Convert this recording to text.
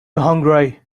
hungry